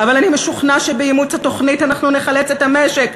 אבל אני משוכנע שבאימוץ התוכנית אנחנו נחלץ את המשק".